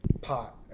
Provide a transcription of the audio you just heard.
pot